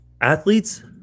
athletes